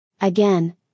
Again